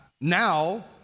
now